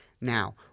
Now